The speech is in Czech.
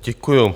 Děkuju.